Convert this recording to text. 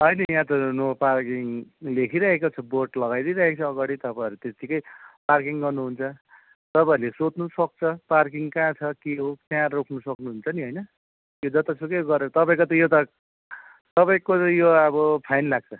होइन यहाँ त नो पार्किङ लेखिरहेको छ बोर्ड लगाइदिई रहेको छ अगाडि तपाईँहरू त्यत्तिकै पार्किङ गर्नुहुन्छ तपाईँहरूले सोध्नुसक्छ पार्किङ कहाँ छ के हो त्यहाँ रोक्नु सक्नुहुन्छ नि होइन त्यो जतासुकै गरेर तपाईँको त यो त तपाईँको यो अब फाइन लाग्छ